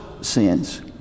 sins